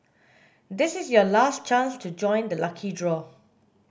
this is your last chance to join the lucky draw